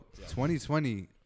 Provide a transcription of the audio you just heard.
2020